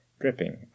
dripping